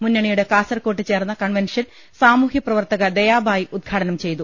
മുന്ന ണിയുടെ കാസർകോട്ട് ചേർന്ന കൺവെൻഷൻ സാമൂഹ്യ പ്രവർത്തക ദയാബായി ഉദ്ഘാടനം ചെയ്തു